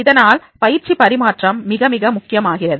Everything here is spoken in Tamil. அதனால் பயிற்சி பரிமாற்றம் மிக மிக முக்கியமானதாகிறது